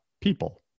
people